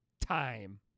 time